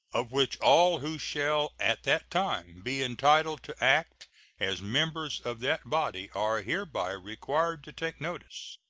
of which all who shall at that time be entitled to act as members of that body are hereby required to take notice.